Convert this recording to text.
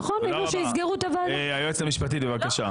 נכון, אם לא, שיסגרו את הוועדה.